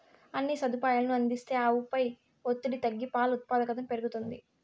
అన్ని సదుపాయాలనూ అందిస్తే ఆవుపై ఒత్తిడి తగ్గి పాల ఉత్పాదకతను పెరుగుతుంది